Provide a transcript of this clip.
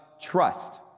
trust